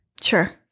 Sure